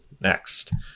next